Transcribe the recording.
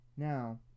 Now